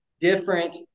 different